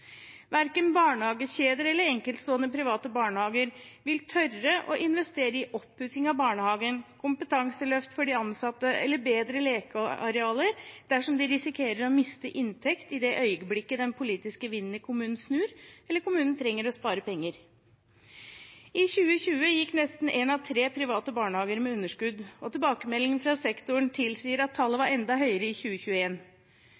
Verken barnehagekjeder eller enkeltstående private barnehager vil tørre å investere i oppussing av barnehagen, kompetanseløft for de ansatte eller bedre lekearealer dersom de risikerer å miste inntekt i det øyeblikket den politiske vinden i kommunen snur eller kommunen trenger å spare penger. I 2020 gikk nesten én av tre private barnehager med underskudd, og tilbakemeldinger fra sektoren tilsier at tallet